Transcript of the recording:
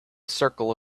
circle